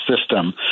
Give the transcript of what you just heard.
system